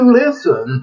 listen